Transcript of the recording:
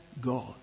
God